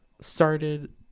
started